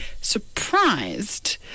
surprised